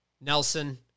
nelson